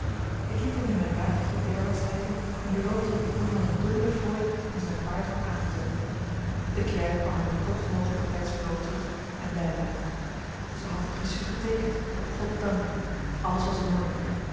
ik liet hem in mijn wagentje derwaarts rijden en beloofde den voerman een dubbele fooi om zijn paard wat aan te zetten de klerk kwam in het kortst mogelijke tijdsverloop terug en bij mij zij had het reçu geteekend goddank alles was in orde